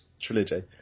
trilogy